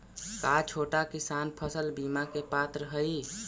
का छोटा किसान फसल बीमा के पात्र हई?